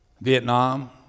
Vietnam